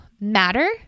matter